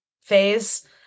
phase